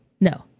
no